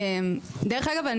דרך אגב,